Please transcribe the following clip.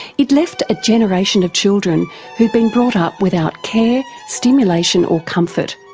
it left a generation of children who'd been brought up without care, stimulation or comfort.